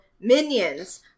Minions